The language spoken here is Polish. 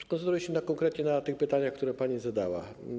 Skoncentruję się konkretnie na tych pytaniach, które pani zadała.